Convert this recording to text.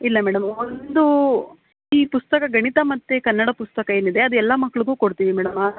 ಇಲ್ಲ ಮೇಡಮ್ ಒಂದು ಈ ಪುಸ್ತಕ ಗಣಿತ ಮತ್ತು ಕನ್ನಡ ಪುಸ್ತಕ ಏನಿದೆ ಅದು ಎಲ್ಲ ಮಕ್ಕಳಿಗು ಕೊಡ್ತೀವಿ ಮೇಡಮ್